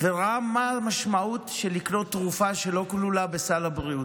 וראה מה המשמעות של לקנות תרופה שלא כלולה בסל הבריאות.